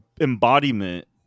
embodiment